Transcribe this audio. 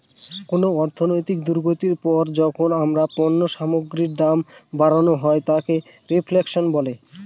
কোন অর্থনৈতিক দুর্গতির পর যখন আবার পণ্য সামগ্রীর দাম বাড়ানো হয় তাকে রেফ্ল্যাশন বলে